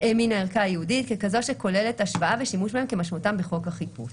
מן הערכה הייעודית ככזו שכוללת השוואה ושימוש בהם כמשמעותם בחוק החיפוש.